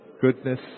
goodness